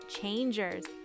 changers